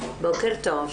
בבקשה.